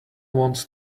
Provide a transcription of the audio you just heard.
wants